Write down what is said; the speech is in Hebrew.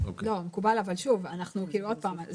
עוד פעם.